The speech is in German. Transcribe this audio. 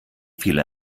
viele